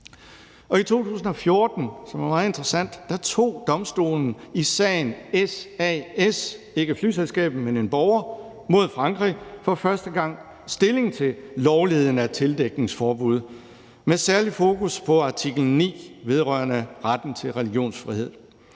men en borger – mod Frankrig for første gang stilling til lovligheden af et tildækningsforbud med særligt fokus på artikel 9 vedrørende retten til religionsfrihed.